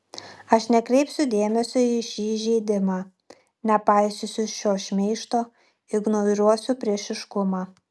aš nekreipsiu dėmesio į šį įžeidimą nepaisysiu šio šmeižto ignoruosiu priešiškumą